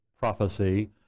prophecy